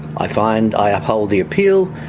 i find i uphold the appeal,